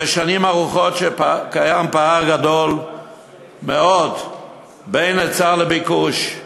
זה שנים ארוכות קיים פער גדול מאוד בין ההיצע לביקוש,